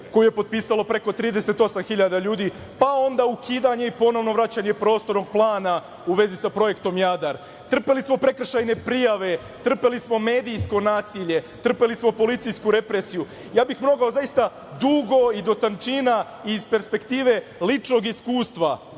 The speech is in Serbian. koju je potpisalo preko 38 hiljada ljudi, pa onda ukidanje i ponovno vraćanje Prostornog plana u vezi sa projektom "Jadar". Trpeli smo prekršajne prijave, trpeli smo medijsko nasilje, trpeli smo policijsku represiju. Mogao bih dugo i do tančina i iz perspektive ličnog iskustva